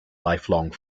lifelong